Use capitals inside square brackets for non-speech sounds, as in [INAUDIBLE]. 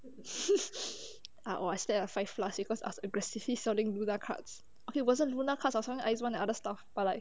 [LAUGHS] ah I slept at five plus because I was aggressively selling murna cards okay wasn't murna cards but someone else want other stuff but like